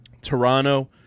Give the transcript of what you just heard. Toronto